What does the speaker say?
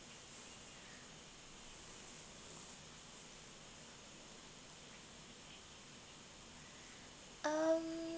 um